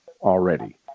already